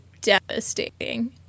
devastating